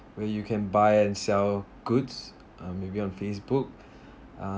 where you can buy and sell goods um maybe on facebook uh